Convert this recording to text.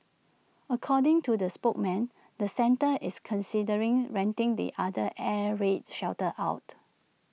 according to the spokesman the centre is considering renting the other air raid shelter out